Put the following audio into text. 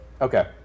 Okay